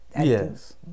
Yes